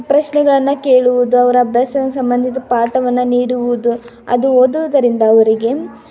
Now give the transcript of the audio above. ಪ್ರಶ್ನೆಗಳನ್ನ ಕೇಳುವುದು ಅವ್ರ ಅಭ್ಯಾಸದ ಸಂಬಂಧಿತ ಪಾಠವನ್ನು ನೀಡುವುದು ಅದು ಓದುವುದರಿಂದ ಅವರಿಗೆ